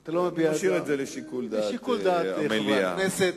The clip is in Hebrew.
אני משאיר את זה לשיקול הדעת של המליאה.